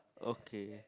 okay